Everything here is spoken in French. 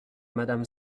madame